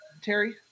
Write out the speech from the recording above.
Terry